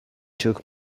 took